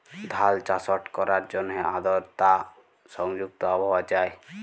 ধাল চাষট ক্যরার জ্যনহে আদরতা সংযুক্ত আবহাওয়া চাই